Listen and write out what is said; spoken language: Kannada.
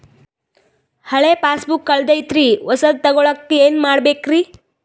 ಹಳೆ ಪಾಸ್ಬುಕ್ ಕಲ್ದೈತ್ರಿ ಹೊಸದ ತಗೊಳಕ್ ಏನ್ ಮಾಡ್ಬೇಕರಿ?